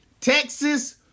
Texas